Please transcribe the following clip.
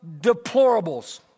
deplorables